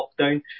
lockdown